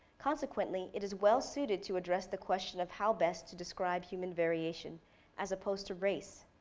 consequently, it is well suited to address the question of how best to describe human variation as opposed to race.